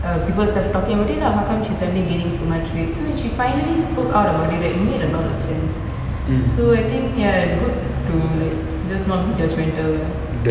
err people started talking about it lah how come she suddenly gaining so much weight so when she finally spoke out about it right it made a lot of sense so I think ya it's good to like just not judgemental lah